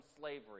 slavery